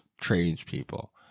tradespeople